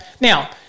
Now